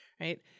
right